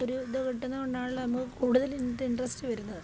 ഒരു ഇത് കിട്ടുന്നതുകൊണ്ടാണല്ലോ നമ്മള്ക്ക് കൂടുതല് ഇതിൽ ഇൻട്രസ്റ്റ് വരുന്നത്